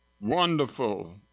wonderful